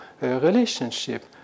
relationship